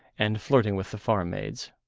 and flirting with the farm maids.